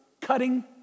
cutting